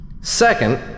Second